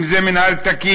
אם זה חוסר מינהל תקין,